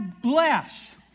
bless